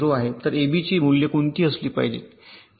तर एबीची मूल्ये कोणती असली पाहिजेत किंवा